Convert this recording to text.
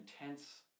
intense